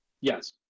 Yes